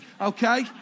Okay